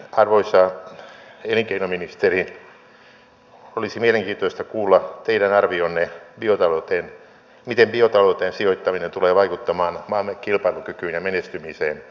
arvoisa elinkeinoministeri olisi mielenkiintoista kuulla teidän arvionne miten biotalouteen sijoittaminen tulee vaikuttamaan maamme kilpailukykyyn ja menestymiseen kansainvälisillä markkinoilla